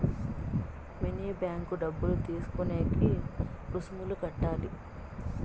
mini bank డబ్బులు తీసుకునేకి రుసుములు కట్టాలి